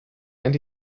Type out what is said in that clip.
and